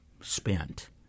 spent